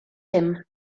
him